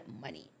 money